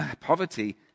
poverty